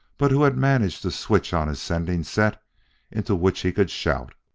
but who had managed to switch on his sending set into which he could shout.